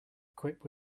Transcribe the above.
equipped